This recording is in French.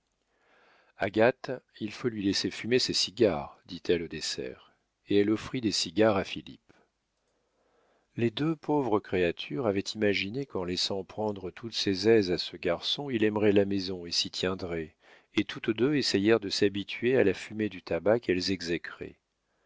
agathe il faut lui laisser fumer ses cigares dit-elle au dessert et elle offrit des cigares à philippe les deux pauvres créatures avaient imaginé qu'en laissant prendre toutes ses aises à ce garçon il aimerait la maison et s'y tiendrait et toutes deux essayèrent de s'habituer à la fumée du tabac qu'elles exécraient